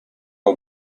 are